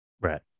Right